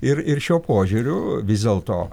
ir ir šiuo požiūriu vis dėlto